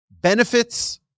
benefits